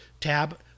tab